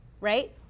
right